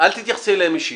אל תפני אליהם אישית.